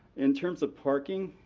in terms of parking,